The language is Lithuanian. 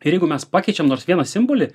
ir jeigu mes pakeičiam nors vieną simbolį